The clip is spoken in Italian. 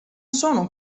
sono